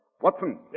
Watson